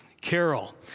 Carol